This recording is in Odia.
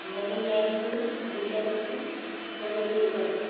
ଘରର ଲାଇଟ୍କୁ ଗୋଲାପୀକୁ ପରିବର୍ତ୍ତନ କର